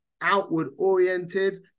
outward-oriented